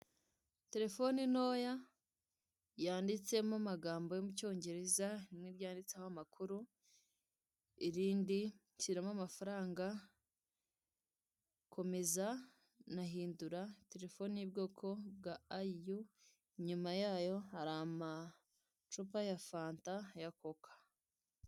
Terefone ntoya yanditsemo amagambo yo mu cyongereza rimwe ryanditseho amakuru, irindi shyiramo amafaranga, komeza nahindura terefone y' ubwoko bwa Iyou inyuma yayo hari amacupa ya fanta ya coca